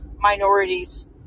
minorities